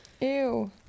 Ew